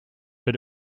but